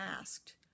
asked